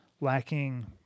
lacking